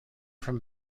from